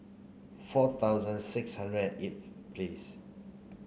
four thousand six hundred and eighth please